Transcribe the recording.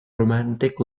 romantic